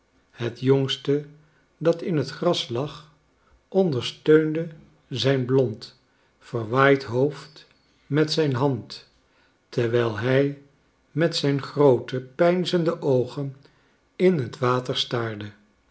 het jongste dat in het gras lag ondersteunde zijn blond verwaaid hoofd met zijn hand terwijl hij met zijn groote peinzende oogen in het water staarde